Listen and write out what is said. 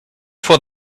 for